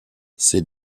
ses